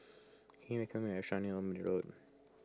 recommend me a restaurant near Old Middle Road